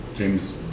James